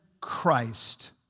Christ